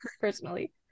personally